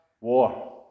war